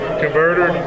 converter